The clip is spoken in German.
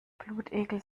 blutegel